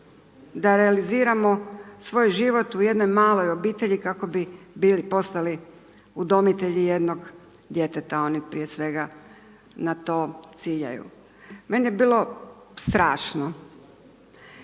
da realiziramo svoj život u jednoj maloj obitelji kako bi bili postali udomitelji jednog djeteta, oni prije svega na to ciljaju. Mene je bilo, strašno.